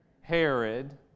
Herod